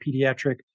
pediatric